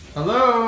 Hello